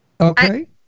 Okay